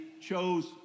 chose